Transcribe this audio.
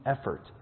effort